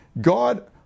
God